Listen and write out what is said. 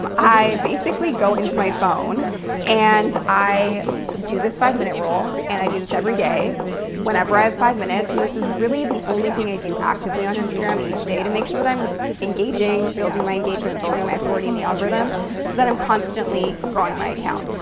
um i basically go into my phone and i do this five minute roll, and i do this every day whenever i have five minutes, and this is really the only thing i do actively on instagram each day to make sure that i'm engaging, building my engagement, building my authority in the algorithm, so that i'm constantly growing my account.